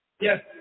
Yes